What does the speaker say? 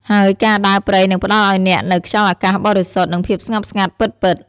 ហើយការដើរព្រៃនឹងផ្តល់ឲ្យអ្នកនូវខ្យល់អាកាសបរិសុទ្ធ និងភាពស្ងប់ស្ងាត់ពិតៗ។